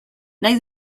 nahi